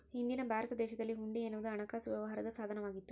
ಹಿಂದಿನ ಭಾರತ ದೇಶದಲ್ಲಿ ಹುಂಡಿ ಎನ್ನುವುದು ಹಣಕಾಸು ವ್ಯವಹಾರದ ಸಾಧನ ವಾಗಿತ್ತು